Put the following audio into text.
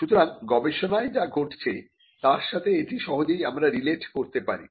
সুতরাং গবেষণায় যা ঘটছে তার সাথে এটি সহজেই আমরা রিলেট করতে পারি